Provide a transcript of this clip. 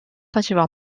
faceva